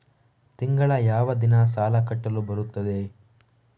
ತಿಂಗಳ ಯಾವ ದಿನ ಸಾಲ ಕಟ್ಟಲು ಬರುತ್ತದೆ?